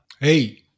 Hey